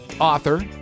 author